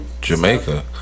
jamaica